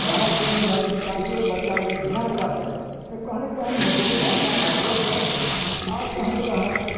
पढ़ाइ केने रहितै ताकि ओहि बच्चाके ध्यान रहतै तऽ कहीॅं कहीॅं मैथिली भाषा पढ़बै छै आ कहीॅं कहीॅं